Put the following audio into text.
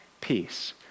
peace